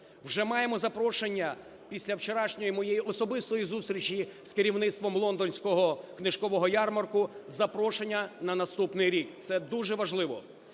Уже маємо запрошення після вчорашньої моєї особистої зустрічі з керівництвом Лондонського книжкового ярмарку – запрошення на наступний рік, це дуже важливо.